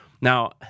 Now